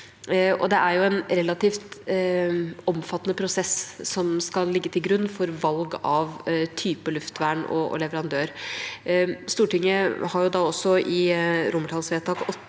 Det er en re lativt omfattende prosess som skal ligge til grunn for valg av type luftvern og leverandør. Stortinget har i forslag til vedtak